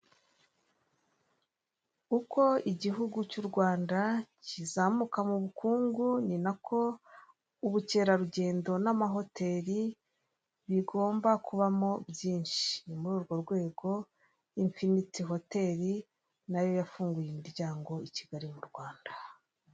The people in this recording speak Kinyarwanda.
Uko igihugu cy'u Rwanda kizamuka mu bukungu, ni nako ubukerarugendo n'amahoteli bigomba kubamo byinshi, ni muri urwo rwego infiniti hoteli nayo yafunguye imiryango i Kigali mu Rwanda.